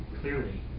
clearly